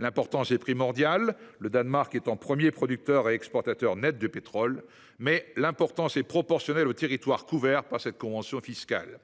L’importance de cette question est primordiale, le Danemark étant premier producteur et exportateur net de pétrole. Toutefois, elle est proportionnelle au territoire couvert par cette convention fiscale